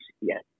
Yes